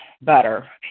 better